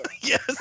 Yes